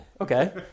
Okay